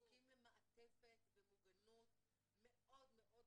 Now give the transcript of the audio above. זקוקים למעטפת ומוגנות מאוד מאוד משמעותית,